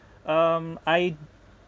um I